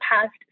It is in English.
past